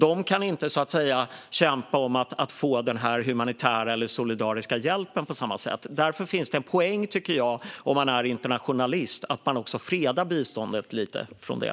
De kan inte kämpa om att få den här humanitära eller solidariska hjälpen på samma sätt. Därför finns det en poäng, tycker jag, om man är internationalist, i att freda biståndet lite från det.